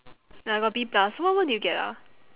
I got B plus what what did you get ah